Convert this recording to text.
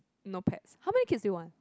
no pets how many kids do you want